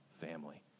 family